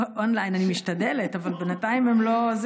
און-ליין, אני משתדלת, אבל בינתיים הם לא.